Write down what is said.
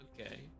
Okay